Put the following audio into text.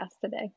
today